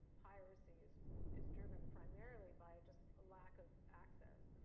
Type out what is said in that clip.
piracy is is driven primarily by just ah lack of access,